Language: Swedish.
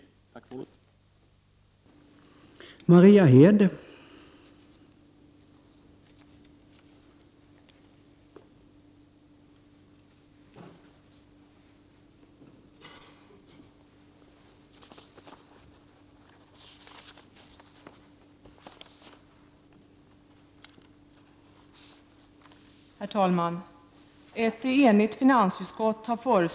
Tack för ordet.